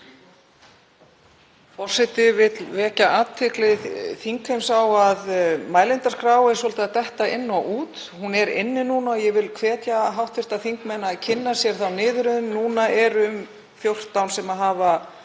Forseti vill vekja athygli þingheims á að mælendaskrá er svolítið að detta inn og út. Hún er inni núna og ég vil hvetja hv. þingmenn til að kynna sér þá niðurröðun. Núna eru um 14 sem hafa